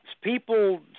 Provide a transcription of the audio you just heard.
People